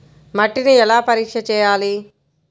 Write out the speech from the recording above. మట్టిని ఎలా పరీక్ష చేయాలి?